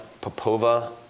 Popova